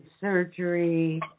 surgery